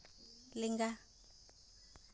ᱞᱮᱸᱜᱟ